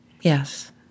Yes